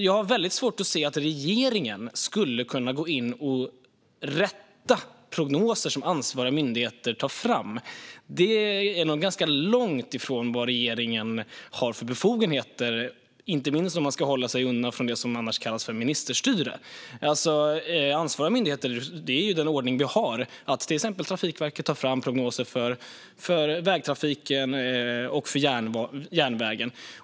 Jag har väldigt svårt att se att regeringen skulle kunna gå in och rätta prognoser som ansvariga myndigheter tar fram. Det är nog ganska långt ifrån regeringens befogenheter, inte minst om man ska hålla sig undan från det som kallas ministerstyre. Det är ju den ordning vi har att till exempel Trafikverket som ansvarig myndighet tar fram prognoser för vägtrafiken och för järnvägen.